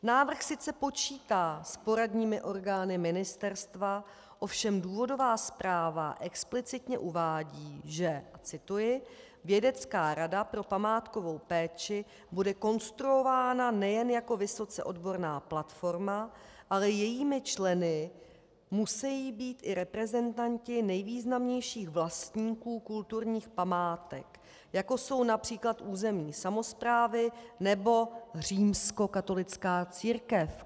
Návrh sice počítá s poradními orgány ministerstva, ovšem důvodová zpráva explicitně uvádí, že cituji vědecká rada pro památkovou péči bude konstruována nejen jako vysoce odborná platforma, ale jejími členy musejí být i reprezentanti nejvýznamnějších vlastníků kulturních památek, jako jsou například územní samosprávy nebo římskokatolická církev.